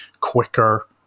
quicker